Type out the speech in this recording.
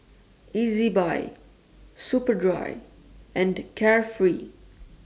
Ezbuy Superdry and Carefree